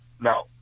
No